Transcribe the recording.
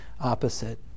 opposite